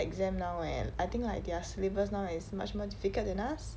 exam now eh I think like their syllabus now is much more difficult than us